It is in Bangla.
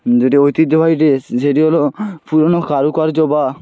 যেটি ঐতিহ্যবাহী ড্রেস যেটি হলো পুরোনো কারুকার্য বা